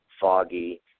Foggy